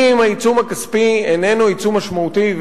אם העיצום הכספי איננו עיצום משמעותי,